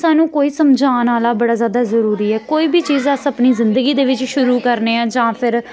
सानूं कोई समझान आह्ला बड़ा ज्यादा जरूरी ऐ कोई बी चीज़ अस अपनी जिंदगी दे बिच्च शुरू करने आं जां फिर